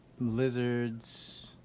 lizards